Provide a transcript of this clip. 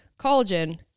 Collagen